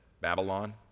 Babylon